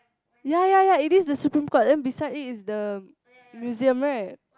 ya ya ya it is the Supreme Court then beside it is the Museum right